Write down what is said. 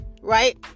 right